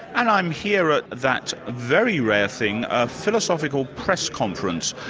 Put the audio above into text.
and i'm here at that very rare thing, a philosophical press conference,